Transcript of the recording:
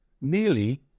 Nearly